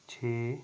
ਛੇ